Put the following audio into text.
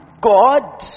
God